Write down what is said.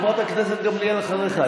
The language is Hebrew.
חברת הכנסת גמליאל אחריך.